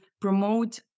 promote